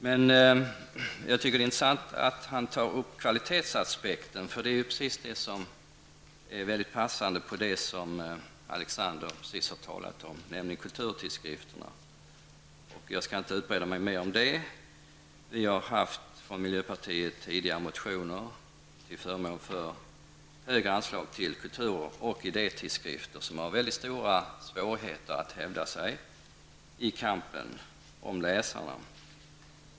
Det är intressant att Göran Åstrand tar upp kvalitetsaspekten. Det passar ju bra för det som Alexander Chrisopoulos precis har talat om, nämligen kulturtidskrifterna. Jag skall inte utbreda mig mer om det. Från miljöpartiet har vi tidigare haft motioner till förmån för högre anslag till kultur och idétidskrifter, som har stora svårigheter att hävda sig i kampen om läsarna.